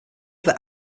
their